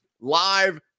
Live